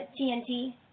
TNT